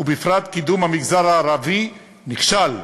ובפרט קידום המגזר הערבי: נכשל,